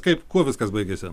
kaip kuo viskas baigėsi